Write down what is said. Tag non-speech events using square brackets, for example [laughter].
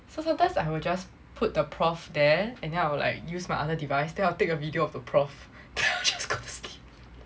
so sometimes I will just put the prof there and then I will like use my other device then I'll take a video of the prof [laughs] then just go sleep